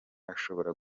ashobora